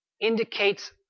indicates